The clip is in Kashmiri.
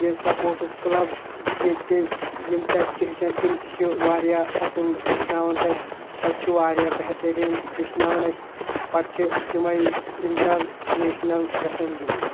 یہِ سٕپوٹٕس کٕلَب ییٚتہِ یِم تَتہِ چھِ ہیٚچھان تِم تہِ چھِ واریاہ اَصٕل ہیٚچھناوان تَتہِ تَتہِ چھِ واریاہ بہتریٖن ہیٚچھناوان اَسہِ پَتہٕ چھِ تِمَے اِنٹَرنیشنَل گژھان گِنٛدنہِ